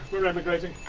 we're emigrating.